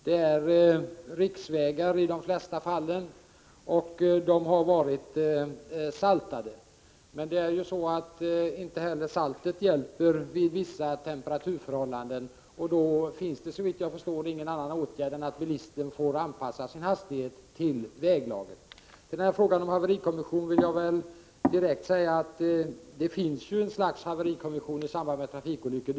Det har i de flesta fall varit riksvägar, och de har varit saltade. Men inte heller saltet hjälper vid vissa temperaturer. Då finns det, såvitt jag förstår, ingen annan åtgärd än att bilisten får anpassa sin hastighet till väglaget. Som svar på frågan om en haverikommission vill jag säga att det redan nu finns ett slags haverikommission i samband med trafikolyckor.